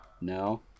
no